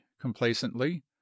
complacently